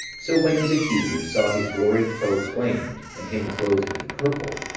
so when his accusers saw his glory proclaimed, and him clothed with purple,